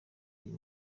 uyu